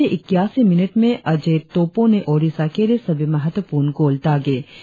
match के इक्यासी minute में अजय तोप्पो ने ओडिशा के लिए सभी महर्वपूर्ण गोल दागे